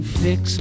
fix